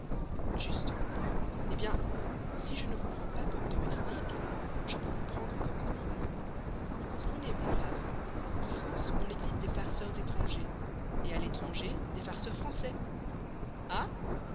juste eh bien si je ne vous prends pas comme domestique je peux vous prendre comme clown vous comprenez mon brave en france on exhibe des farceurs étrangers et à l'étranger des farceurs français